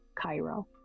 Cairo